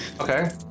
Okay